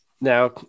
Now